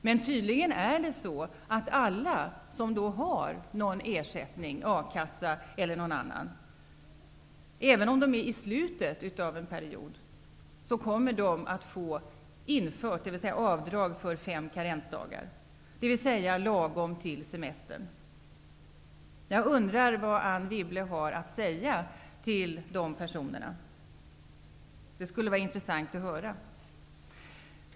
Men tydligen kommer alla som har någon form av ersättning, a-kassa eller någon annan, även om de befinner sig i slutet av en period, att få avdrag för fem karensdagar, dvs. lagom till semestern. Jag undrar vad Anne Wibble har att säga till dessa personer. Det skulle vara intressant att höra.